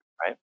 right